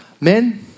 Men